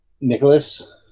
Nicholas